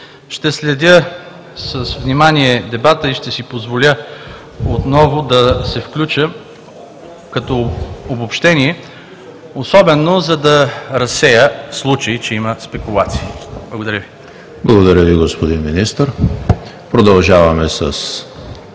Ще следя с внимание дебата и ще си позволя отново да се включа като обобщение, особено, за да разсея в случай, че има спекулации. Благодаря Ви. ПРЕДСЕДАТЕЛ ЕМИЛ ХРИСТОВ: Благодаря Ви, господин Министър. Продължаваме с